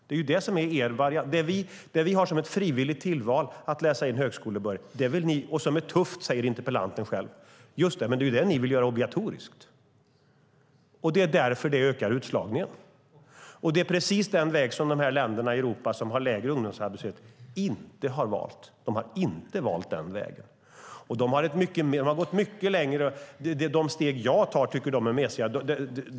Att läsa in högskolebehörighet, som vi har ett frivilligt tillval och som interpellanten själv säger är tufft, vill ni göra obligatoriskt. Det ökar utslagningen. Det är precis den väg som de länder i Europa som har lägre ungdomsarbetslöshet inte har valt. De har gått mycket längre och tycker att de steg jag tar är mesiga.